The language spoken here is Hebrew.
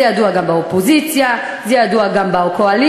זה ידוע גם באופוזיציה, זה ידוע גם בקואליציה.